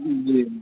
जी